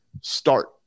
start